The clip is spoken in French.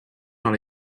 dans